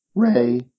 Ray